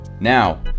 Now